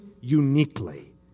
uniquely